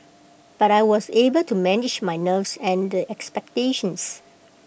but I was able to manage my nerves and the expectations